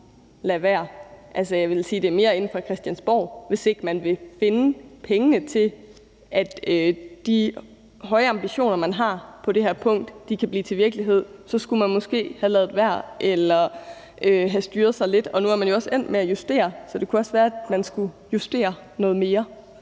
handler om det, der sker inde på Christiansborg: Hvis ikke man vil finde pengene til, at de høje ambitioner, man har på det her punkt, kan blive til virkelighed, skulle man måske have ladet være eller have styret sig lidt. Nu er man jo også endt med at justere det, så det kunne også være, man skulle justere det noget mere.